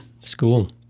school